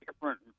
Different